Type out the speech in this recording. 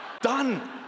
Done